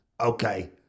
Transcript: Okay